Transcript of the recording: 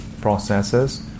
processes